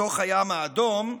לתוך הים האדום,